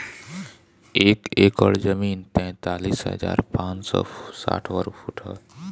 एक एकड़ जमीन तैंतालीस हजार पांच सौ साठ वर्ग फुट ह